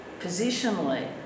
positionally